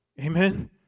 Amen